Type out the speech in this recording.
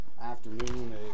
afternoon